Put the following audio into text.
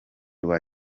rwa